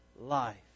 life